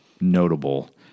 notable